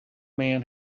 man